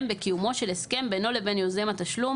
בקיומו של הסכם בינו לבין יוזם התשלום,